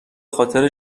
خاطر